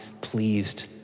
pleased